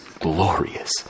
glorious